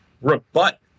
rebut